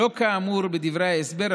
שלא כאמור בדברי ההסבר,